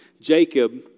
Jacob